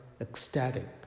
ecstatic